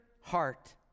heart